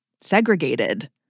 segregated